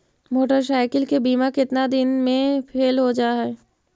Motorcycle के बिमा केतना दिन मे फेल हो जा है?